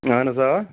اہن حظ آ